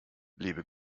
lebe